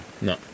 No